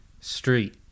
Street